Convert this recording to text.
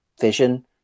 vision